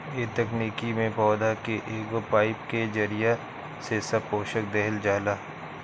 ए तकनीकी में पौधा के एगो पाईप के जरिया से सब पोषक देहल जाला